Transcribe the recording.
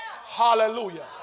Hallelujah